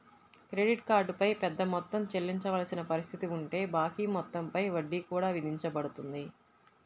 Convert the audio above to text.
credit card పై పెద్ద మొత్తం చెల్లించవలసిన పరిస్థితి ఉంటే బాకీ మొత్తం పై వడ్డీ కూడా విధించబడుతుంది